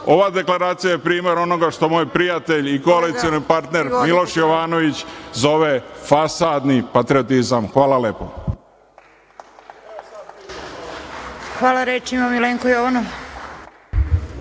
Ova deklaracija je primer onoga što moj prijatelj i koalicioni partner Miloš Jovanović zove fasadni patriotizam. Hvala lepo. **Snežana Paunović**